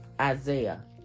Isaiah